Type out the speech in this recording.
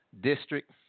district